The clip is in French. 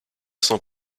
son